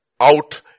out